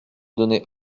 donné